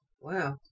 wow